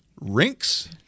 rinks